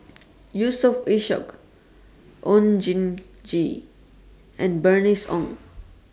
Yusof Ishak Oon Jin Gee and Bernice Ong